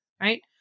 Right